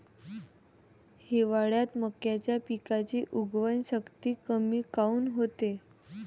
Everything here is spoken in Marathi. हिवाळ्यात मक्याच्या पिकाची उगवन शक्ती कमी काऊन होते?